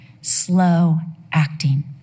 slow-acting